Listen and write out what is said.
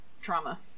trauma